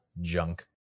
junk